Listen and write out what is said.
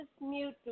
mute